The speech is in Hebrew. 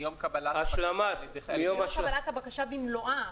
מיום קבלת --- מיום קבלת הבקשה במלואה.